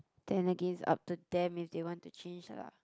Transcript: then again it's up to them if they want to change lah